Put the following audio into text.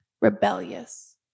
rebellious